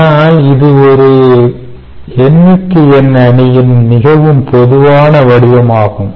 ஆனால் இது ஒரு n x n அணியின் மிகவும் பொதுவான வடிவமாகும்